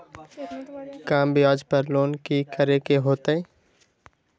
कम ब्याज पर लोन की करे के होतई?